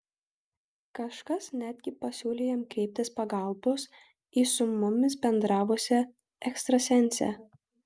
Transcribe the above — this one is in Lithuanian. kažkas netgi pasiūlė jam kreiptis pagalbos į su mumis bendravusią ekstrasensę